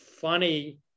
funny